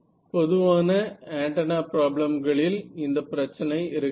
பொதுவான ஆண்டனா பிராப்ளம்களில் இந்த பிரச்சனை இருக்காது